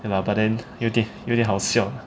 ya but then 有点有点好笑